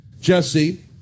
Jesse